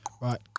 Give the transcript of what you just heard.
Right